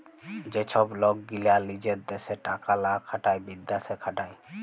যে ছব লক গীলা লিজের দ্যাশে টাকা লা খাটায় বিদ্যাশে খাটায়